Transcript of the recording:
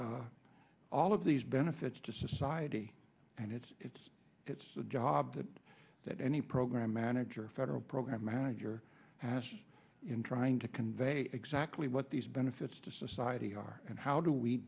all of these benefits to society and it's it's it's a job that that any program manager federal program manager has in trying to convey exactly what these benefits to society are and how do we